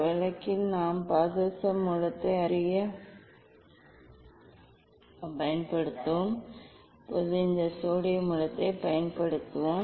இந்த வழக்கில் நாம் பாதரச மூலத்தை அறியப்பட்ட மூலமாகப் பயன்படுத்துவோம்